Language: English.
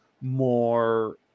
more